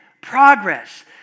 progress